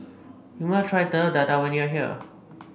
you must try Telur Dadah when you are here